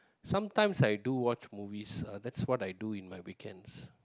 sometimes I do watch movies that's what I do in my weekends